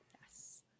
yes